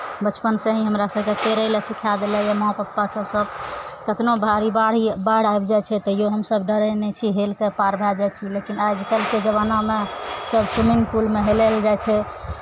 बचपनसँ ही हमरा सभकेँ तैरय लए सिखा देने यए माँ पप्पासभ सभ कतनो भारी बाढ़ि बाढ़ि आबि जाइ छै तैओ हमसभ डरै नहि छी हेलि कऽ पार भए जाइ छी लेकिन आजकलके जमानामे सभ स्विमिंग पुलमे हेलय लए जाइ छै